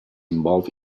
involved